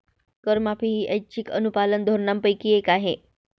करमाफी ही ऐच्छिक अनुपालन धोरणांपैकी एक आहे